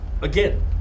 again